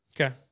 Okay